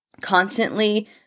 constantly